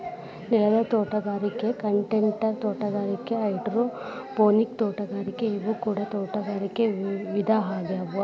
ನೆಲದ ತೋಟಗಾರಿಕೆ ಕಂಟೈನರ್ ತೋಟಗಾರಿಕೆ ಹೈಡ್ರೋಪೋನಿಕ್ ತೋಟಗಾರಿಕೆ ಇವು ಕೂಡ ತೋಟಗಾರಿಕೆ ವಿಧ ಆಗ್ಯಾವ